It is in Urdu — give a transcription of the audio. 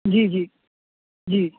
جی جی جی